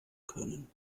können